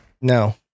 No